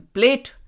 Plate